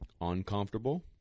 uncomfortable